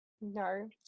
No